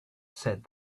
said